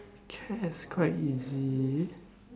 cats quite easy